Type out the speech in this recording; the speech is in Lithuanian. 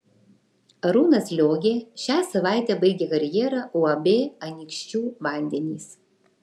arūnas liogė šią savaitę baigė karjerą uab anykščių vandenys